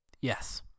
Yes